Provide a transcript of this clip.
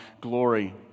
glory